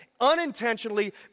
unintentionally